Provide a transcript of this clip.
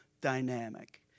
dynamic